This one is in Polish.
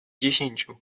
dziesięciu